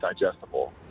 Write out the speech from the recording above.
digestible